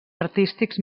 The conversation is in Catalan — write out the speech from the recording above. artístics